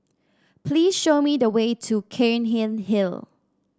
please show me the way to Cairnhill Hill